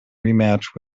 rematch